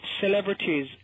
celebrities